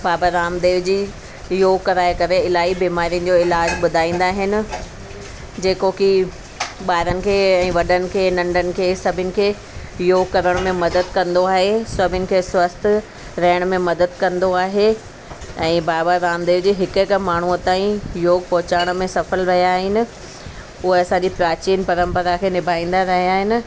बाबा रामदेव जी योग कराए करे इलाही बिमारियुनि जो इलाज ॿुधाईंदा आहिनि जेको की ॿारनि खे ऐं वॾनि खे नंढनि खे सभिनी खे योग करण में मदद कंदो आहे सभिनी खे स्वस्थ्य रहण में मदद कंदो आहे ऐं बाबा रामदेव जे हिक हिक माण्हूअ ताईं योग पहुचाइण में सफल रहिया आहिनि उहे असांजी प्राचीन परंपरा खे निभाईंदा रहिया आहिनि